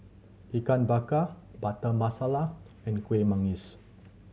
Ikan Bakar Butter Masala and Kuih Manggis